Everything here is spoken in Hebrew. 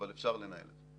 אבל אפשר לנהל את זה.